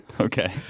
Okay